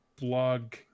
blog